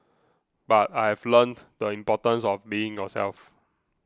but I've learnt the importance of being yourself